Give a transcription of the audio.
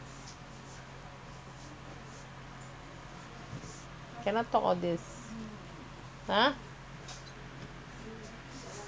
right every family got fighting I sure one correct a not